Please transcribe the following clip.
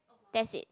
that's it